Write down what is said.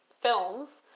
films